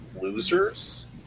losers